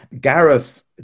Gareth